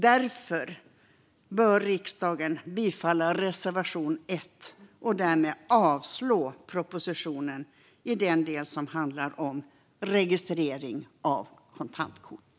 Därför bör riksdagen bifalla reservation 1 och därmed avslå propositionen i den del som handlar om registrering av kontantkort.